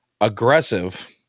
aggressive